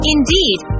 Indeed